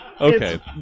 Okay